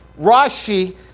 Rashi